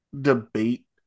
debate